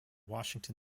washington